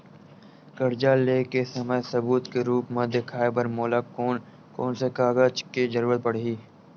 कर्जा ले के समय सबूत के रूप मा देखाय बर मोला कोन कोन से कागज के जरुरत पड़ही?